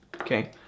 Okay